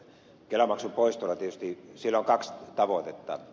kelamaksun poistolla tietysti on kaksi tavoitetta